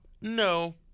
No